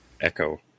Echo